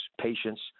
patients